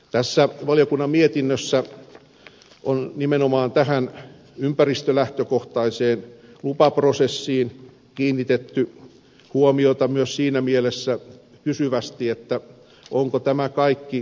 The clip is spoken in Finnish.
tässä valiokunnan mietinnössä on nimenomaan tähän ympäristölähtökohtaiseen lupaprosessiin kiinnitetty huomiota myös siinä mielessä kysyvästi että onko tämä kaikki byrokratia tarpeellista